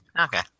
Okay